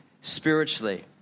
spiritually